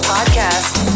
Podcast